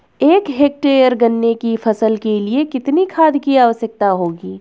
एक हेक्टेयर गन्ने की फसल के लिए कितनी खाद की आवश्यकता होगी?